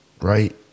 right